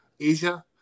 asia